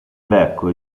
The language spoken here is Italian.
becco